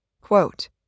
Quote